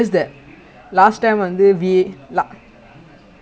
that's damn dumb brother is already hard enough to save a priority